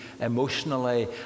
emotionally